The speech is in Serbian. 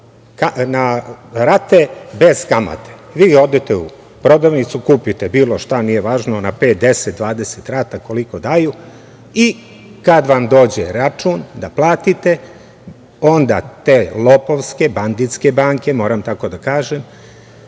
na rate bez kamate. Vi odete u prodavnicu, kupite bilo šta, nije važno, na pet, 10, 20 rata, koliko daju i kad vam dođe račun da platite, onda te lopovske, banditske banke, moram tako da kažem,